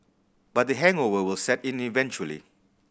but the hangover will set in eventually